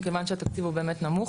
מכיוון שהתקציב הוא באמת נמוך.